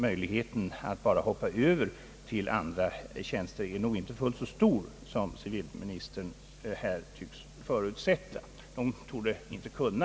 Möjligheten för dem att hoppa över till andra tjänster är nog inte fullt så stor som civilministern här tycks förutsätta.